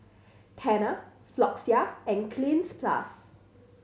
Tena Floxia and Cleanz Plus